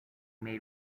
made